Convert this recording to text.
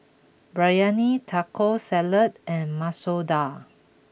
Biryani Taco Salad and Masoor Dal